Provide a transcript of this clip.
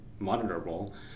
monitorable